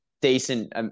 decent –